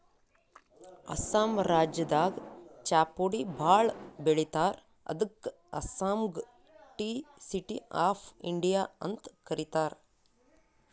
ಅಸ್ಸಾಂ ರಾಜ್ಯದಾಗ್ ಚಾಪುಡಿ ಭಾಳ್ ಬೆಳಿತಾರ್ ಅದಕ್ಕ್ ಅಸ್ಸಾಂಗ್ ಟೀ ಸಿಟಿ ಆಫ್ ಇಂಡಿಯಾ ಅಂತ್ ಕರಿತಾರ್